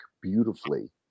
beautifully